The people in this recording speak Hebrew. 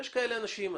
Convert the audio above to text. יש כאלה אנשים.